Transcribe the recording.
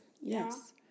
Yes